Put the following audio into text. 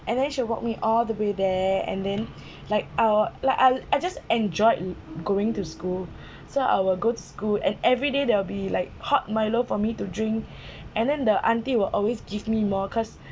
and then she will walk me all the way there and then like I will like I'll I just enjoyed going to school so I will go to school and everyday there will be like hot milo for me to drink and then the auntie will always give me more cause